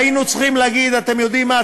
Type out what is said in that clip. היינו צריכים להגיד: אתם יודעים מה,